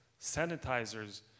sanitizers